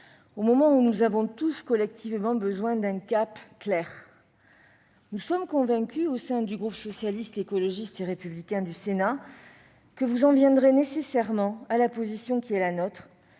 au moment où nous avons tous collectivement besoin d'un cap clair. Nous sommes convaincus, au sein du groupe Socialiste, Écologiste et Républicain du Sénat, que vous en viendrez nécessairement à la position qui est la nôtre